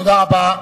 תודה רבה.